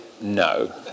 No